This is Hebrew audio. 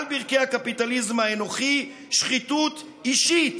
על ברכי הקפיטליזם האנוכי, גם שחיתות אישית.